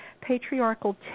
Patriarchal